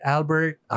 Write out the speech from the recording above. Albert